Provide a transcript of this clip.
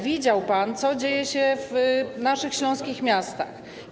Widział pan, co dzieje się w naszych śląskich miastach.